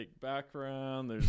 background